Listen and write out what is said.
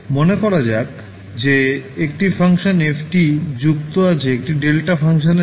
মনে করা যাক যে একটি ফাংশন f যুক্ত আছে একটি ডেল্টা ফাংশন এর সাথে